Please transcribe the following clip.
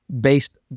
based